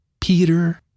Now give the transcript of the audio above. Peter